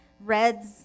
Reds